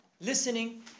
listening